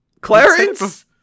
Clarence